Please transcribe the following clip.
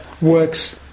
works